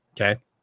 okay